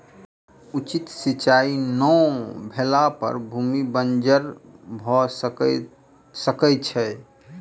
उचित सिचाई नै भेला पर भूमि बंजर भअ सकै छै